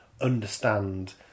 understand